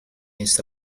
his